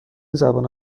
زبان